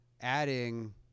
adding